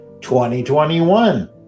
2021